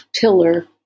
pillar